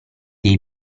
dei